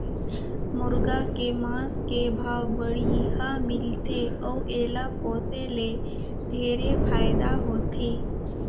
मुरगा के मांस के भाव बड़िहा मिलथे अउ एला पोसे ले ढेरे फायदा होथे